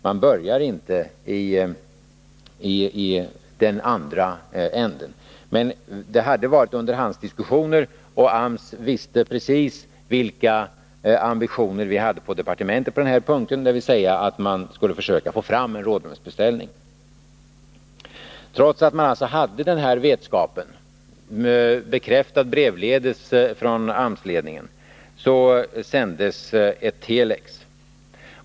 Men man börjar inte i den ändan. Det hade varit underhandsdiskussioner, och AMS visste precis vilka ambitioner vi på departementet hade på den här punkten, dvs. att man skulle försöka få fram en rådrumsbeställning. Trots att man alltså hade den här vetskapen, bekräftad brevledes från AMS-ledningen, sändes ett telex.